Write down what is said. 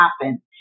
happen